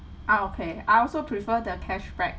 ah okay I also prefer the cashback